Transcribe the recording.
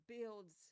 builds